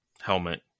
helmet